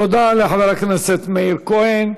תודה רבה לחבר הכנסת מאיר כהן.